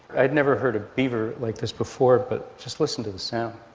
i'd never heard a beaver like this before but just listen to the sound